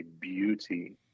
beauty